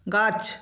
গাছ